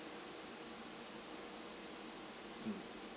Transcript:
mm